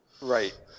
Right